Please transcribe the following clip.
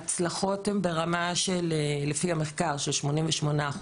ההצלחות הן ברמה, לפי המחקר, של 88%,